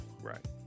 Right